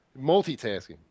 Multitasking